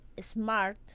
smart